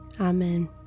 Amen